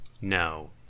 No